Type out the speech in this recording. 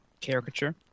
Caricature